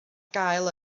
gael